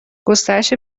گسترش